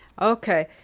Okay